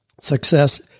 success